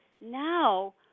now